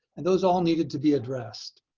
and those all needed to be addressed.